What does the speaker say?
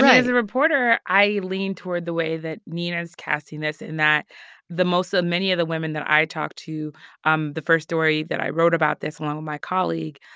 yeah as a reporter i lean toward the way that nina is casting this in that the most of many of the women that i talk to um the first story that i wrote about this, along with my colleague,